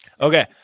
Okay